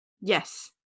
Yes